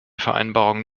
vereinbarung